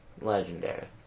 legendary